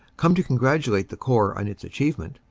come to congratulate the corps on its achievement,